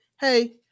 Hey